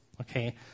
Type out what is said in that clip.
Okay